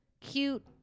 cute